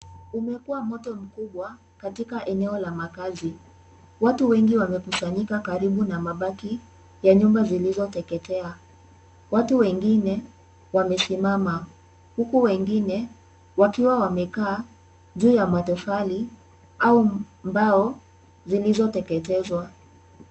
Umekuwa moto mkubwa katika eneo la makazi. Watu wengi wamekusanyika karibu na mabaki ya nyumba zilizoteketea. Watu wengine wamesimama, huku wengine wakiwa wamekaa juu ya matofali au mbao zilizoteketezwa.